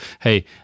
hey